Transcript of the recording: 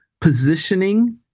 positioning